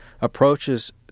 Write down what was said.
approaches